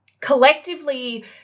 Collectively